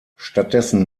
stattdessen